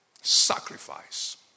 Sacrifice